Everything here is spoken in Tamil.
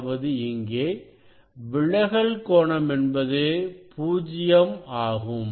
அதாவது இங்கே விலகல் கோணம் என்பது 0 ஆகும்